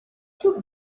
too